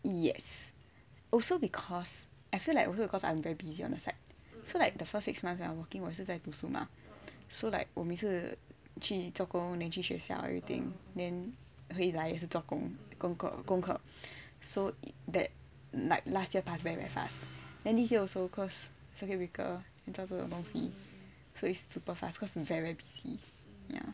yes also because I feel like also because I'm very busy on the side so like for the first six months I am working 我也是在读书 mah so like 我每次去做工 then 去学校 everything then 回来做功课 so that like last year went by very very fast then this year also cause 做这种东西 so is super fast cause you very very busy ya